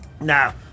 Now